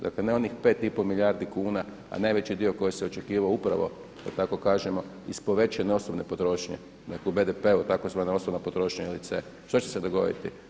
Dakle, ne onih 5 i pol milijardi kuna, a najveći dio koji se očekivao upravo da tako kažemo iz povećane osobne potrošnje, dakle u BDP-u tzv. osobna potrošnja ili C, što će se dogoditi?